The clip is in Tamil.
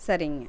சரிங்க